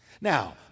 Now